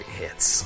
hits